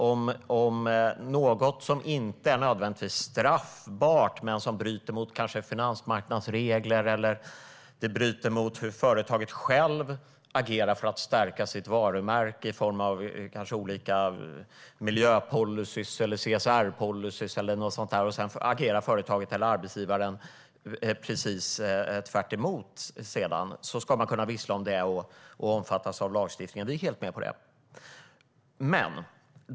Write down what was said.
Om något inte nödvändigtvis är straffbart men kanske bryter mot finansmarknadsregler eller hur företaget självt agerar för att stärka sitt varumärke - kanske i form av olika miljöpolicyer eller CSR-policyer, som arbetsgivaren sedan agerar precis tvärtemot - ska man kunna vissla om det och omfattas av lagstiftningen. Vi är helt med på det.